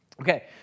Okay